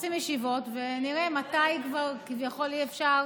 עושים ישיבות ונראה מתי כבר כביכול אי-אפשר,